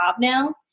now